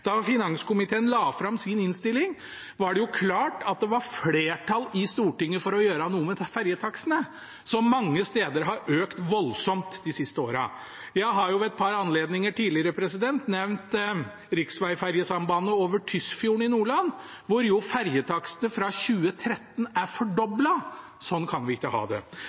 Da finanskomiteen la fram sin innstilling, var det klart at det var flertall i Stortinget for å gjøre noe med ferjetakstene, som mange steder har økt voldsomt de siste årene. Jeg har ved et par anledninger tidligere nevnt riksvegferjesambandet over Tysfjorden i Nordland, hvor ferjetakstene fra 2013 er fordoblet. Slik kan vi ikke ha det.